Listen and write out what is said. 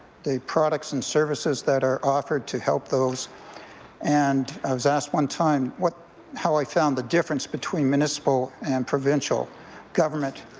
the products and services that are offered to help those and i was asked one time what how i found the difference between municipal and provincial government,